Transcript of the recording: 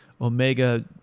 omega